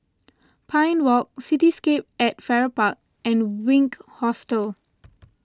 Pine Walk Cityscape at Farrer Park and Wink Hostel